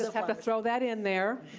had to throw that in there.